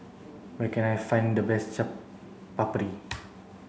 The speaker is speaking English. where can I find the best Chaat Papri